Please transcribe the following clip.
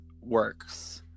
works